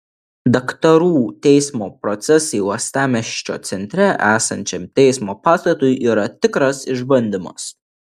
daktarų teismo procesai uostamiesčio centre esančiam teismo pastatui yra tikras išbandymas